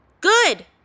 good